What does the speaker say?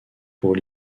pour